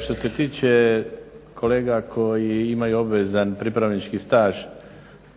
što se tiče kolega koji imaju obvezan pripravnički staž